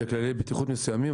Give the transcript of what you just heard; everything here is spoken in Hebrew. בכללי בטיחות מסוימים,